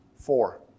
Four